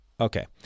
Okay